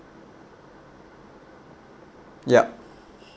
yup